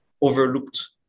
overlooked